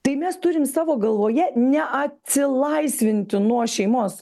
tai mes turim savo galvoje ne atsilaisvinti nuo šeimos